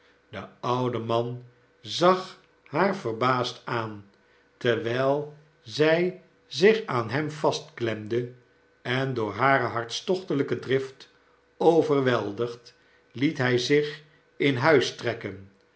de oude man zag haar verbaasd aan lerwijl zij zich aan hem vastklemde en door hare hartstochtelijke drift overweldigd liet hij zich in huis trekken